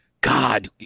God